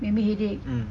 make me headache